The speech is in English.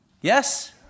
yes